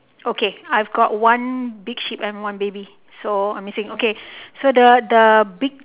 okay I have got one big sheep and one baby so I'm missing okay so the the big